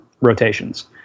rotations